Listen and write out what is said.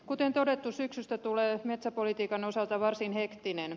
kuten todettu syksystä tulee metsäpolitiikan osalta varsin hektinen